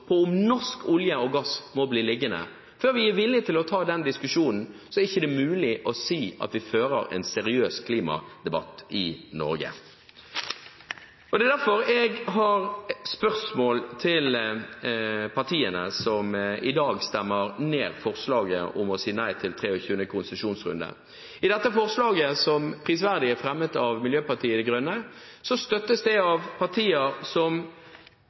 på om norsk olje og gass må bli liggende; før vi er villige til å ta den diskusjonen, er det ikke mulig å si at vi fører en seriøs klimadebatt i Norge. Vi i SV sier ikke at vi vil stenge ned norsk oljevirksomhet i løpet av kort tid. Hvis man ser på de tallene som ble presentert av Oljedirektoratet, og som også figurerte i mediene i dag, viser de